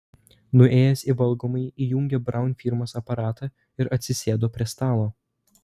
nuėjęs į valgomąjį įjungė braun firmos aparatą ir atsisėdo prie stalo